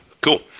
Cool